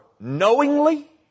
knowingly